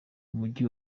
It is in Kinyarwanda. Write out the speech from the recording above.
umujyi